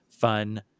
fun